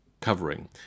covering